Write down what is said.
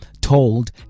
told